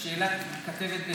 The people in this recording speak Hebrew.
לשאלת כתבת,